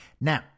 Now